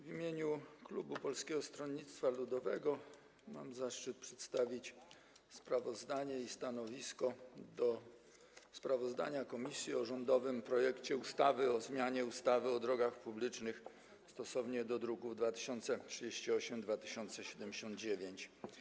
W imieniu klubu Polskiego Stronnictwa Ludowego mam zaszczyt przedstawić stanowisko wobec sprawozdania komisji o rządowym projekcie ustawy o zmianie ustawy o drogach publicznych, stosownie do druków nr 2038 i 2079.